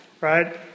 Right